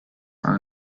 are